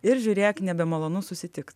ir žiūrėk nebemalonu susitikt